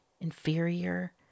inferior